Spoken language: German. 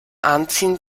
anziehen